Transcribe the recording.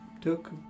Took